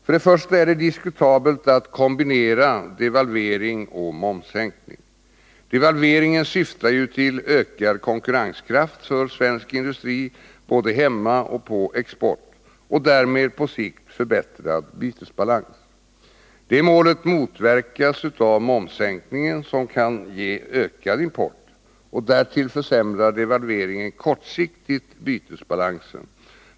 För det första är det diskutabelt att kombinera devalvering och momssänkning. Devalveringen syftar ju till ökad konkurrenskraft för svensk industri både hemma och på export och därmed på sikt förbättrad bytesbalans. Det målet motverkas av momssänkningen, som kan ge ökad import. Därtill försämrar devalveringen kortsiktigt bytesbalansen.